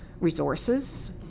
resources